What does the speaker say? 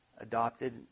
Adopted